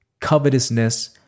covetousness